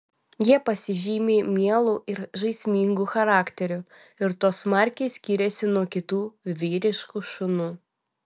jie pasižymi mielu ir žaismingu charakteriu ir tuo smarkiai skiriasi nuo kitų vyriškų šunų